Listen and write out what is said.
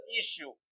issue